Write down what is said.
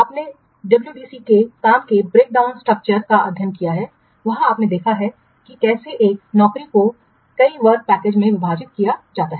आपने डब्ल्यूबी के काम के ब्रेकडाउन स्ट्रक्चर का अध्ययन किया है वहां आपने देखा है कि कैसे एक नौकरी को कई वर्क पैकेजेस में विभाजित किया जाता है